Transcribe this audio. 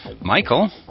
Michael